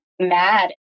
mad